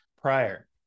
prior